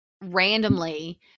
randomly